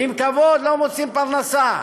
ועם כבוד לא מוצאים פרנסה.